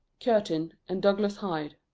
curtin, and douglas hyde.